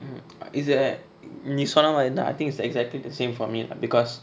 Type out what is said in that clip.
is like நீ சொன்ன மாரிதா:nee sonna maritha I think it's exactly the same for me lah because